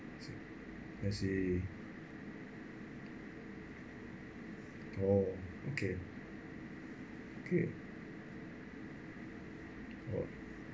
I see oh okay okay oh